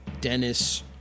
dennis